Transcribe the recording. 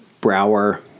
Brower